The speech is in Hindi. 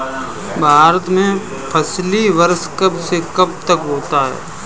भारत में फसली वर्ष कब से कब तक होता है?